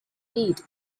beat